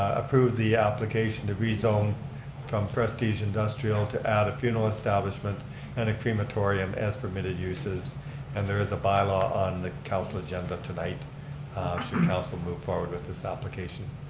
approve the application to rezone from prestige industrial to add a funeral establishment and a crematorium as permitted uses and there is a bylaw on the council agenda tonight. should council move forward with this application.